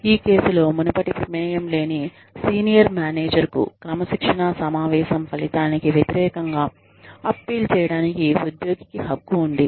ఈ కేసులో మునుపటి ప్రమేయం లేని సీనియర్ మేనేజర్ కు క్రమశిక్షణా సమావేశం ఫలితానికి వ్యతిరేకంగా అప్పీల్ చేయడానికి ఉద్యోగికి హక్కు ఉంది